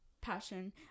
passion